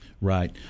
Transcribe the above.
Right